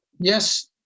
Yes